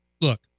Look